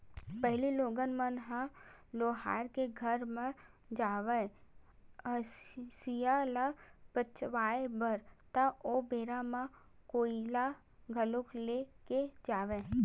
पहिली लोगन मन ह लोहार के घर म जावय हँसिया ल पचवाए बर ता ओ बेरा म कोइला घलोक ले के जावय